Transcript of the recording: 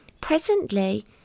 Presently